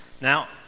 Now